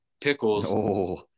pickles